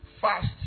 Fast